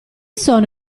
sono